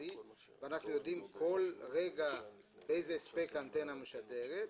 המרכזי ויודעים בכל רגע באיזה הספק האנטנה משדרת,